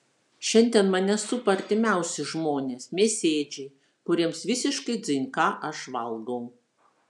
šiandien mane supa artimiausi žmonės mėsėdžiai kuriems visiškai dzin ką aš valgau